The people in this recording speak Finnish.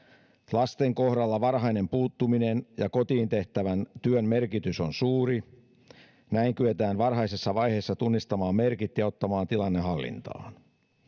lasten kohdalla varhainen puuttuminen ja kotiin tehtävän työn merkitys on suuri näin kyetään varhaisessa vaiheessa tunnistamaan merkit ja ottamaan tilanne hallintaan